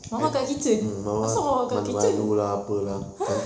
mama dekat kitchen apasal mama dekat kitchen !huh!